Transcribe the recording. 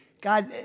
God